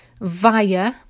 Via